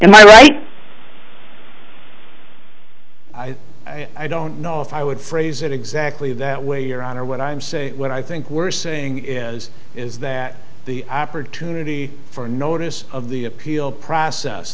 am i right i i don't know if i would phrase it exactly that way your honor what i'm saying what i think we're saying is is that the opportunity for a notice of the appeal process